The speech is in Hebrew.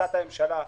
החלטת הממשלה,